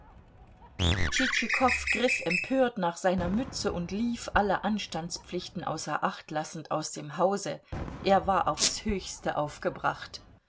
griff empört nach seiner mütze und lief alle anstandspflichten außer acht lassend aus dem hause er war aufs höchste aufgebracht